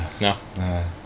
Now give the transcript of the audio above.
No